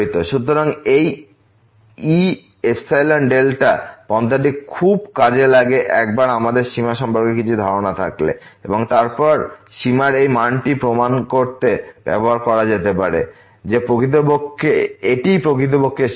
সুতরাং এই e ϵδ পন্থাটি খুব কাজে লাগে একবার আমাদের সীমা সম্পর্কে কিছু ধারণা থাকলে এবং তারপর সীমার এই মানটি প্রমাণ করতে ব্যবহার করা যেতে পারে যে এটিই প্রকৃতপক্ষে সীমা